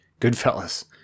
Goodfellas